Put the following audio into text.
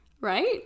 Right